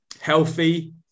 healthy